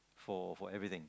for for everything